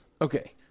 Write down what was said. Okay